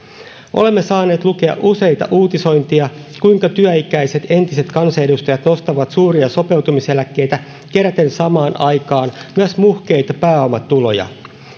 olemme saaneet lukea useita uutisointeja kuinka työikäiset entiset kansanedustajat nostavat suuria sopeutumiseläkkeitä keräten samaan aikaan myös muhkeita pääomatuloja